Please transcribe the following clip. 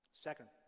Second